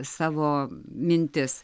savo mintis